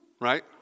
Right